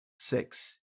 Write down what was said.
Six